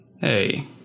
Hey